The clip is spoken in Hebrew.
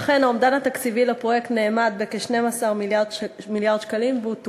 אכן האומדן התקציבי לפרויקט הוא 12 מיליארד שקלים והוא תוקצב.